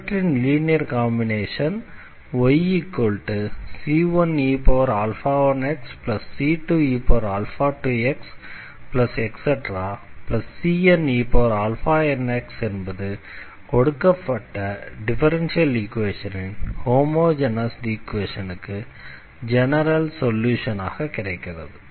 இவற்றின் linear combination yc1e1xc2e2xcnenx என்பது கொடுக்கப்பட்ட டிஃபரன்ஷியல் ஈக்வேஷனின் ஹோமொஜெனஸ் ஈக்வேஷனுக்கு ஜெனரல் சொல்யூஷனாக கிடைக்கிறது